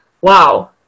wow